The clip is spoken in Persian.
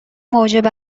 موجب